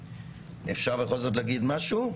אפשר להגיד משהו?